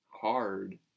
hard